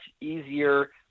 easier